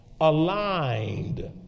aligned